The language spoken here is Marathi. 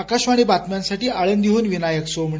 आकाशवाणी बातम्यांसाठी आळंदीहन विनायक सोमणी